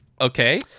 Okay